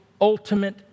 ultimate